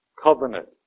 covenant